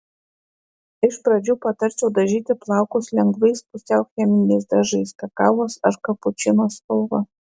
iš pradžių patarčiau dažyti plaukus lengvais pusiau cheminiais dažais kakavos ar kapučino spalva